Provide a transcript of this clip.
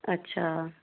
अच्छा